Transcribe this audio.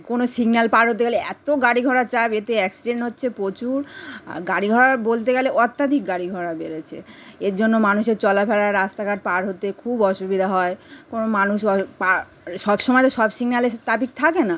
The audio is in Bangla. কোনো সিগনাল পার হতে গেলে এতো গাড়ি ঘোড়া চাপ এতে অ্যাক্সিডেন্ট হচ্ছে প্রচুর গাড়ি ঘোড়া বলতে গেলে অত্যাধিক গাড়ি ঘোড়া বেড়েছে এর জন্য মানুষের চলাফেরা রাস্তাঘাট পার হতে খুব অসুবিধা হয় কোনো মানুষ পা সব সময় তো সব সিগনালে সে ট্রাফিককি থাকে না